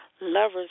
Lover's